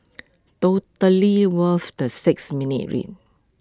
totally worth the six minutes read